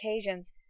occasions